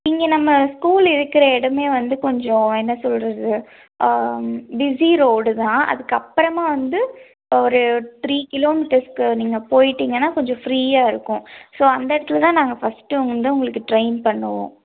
இங்கே நம்ம ஸ்கூல் இருக்கிற இடமே வந்து கொஞ்சம் என்ன சொல்வது பிஸி ரோடு தான் அதுக்கப்புறமா வந்து ஒரு த்ரீ கிலோ மீட்டர்ஸ்க்கு நீங்கள் போயிட்டிங்கனால் கொஞ்சம் ஃப்ரீயாக இருக்கும் ஸோ அந்த இடத்துல தான் நாங்கள் ஃபஸ்டு வந்து உங்களுக்கு ட்ரைன் பண்ணுவோம்